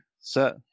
set